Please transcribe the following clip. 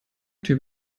typ